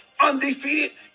undefeated